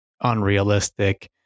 unrealistic